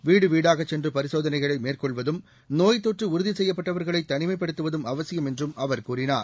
வீடு வீடாகச் சென்று பரிசோதனைகளை மேற்கொள்வதும் நோய்த் தொற்று உறுதி செய்யப்பட்டவர்களை தனிமைப்படுத்துவதும் அவசியம் என்றும் அவர் கூறினார்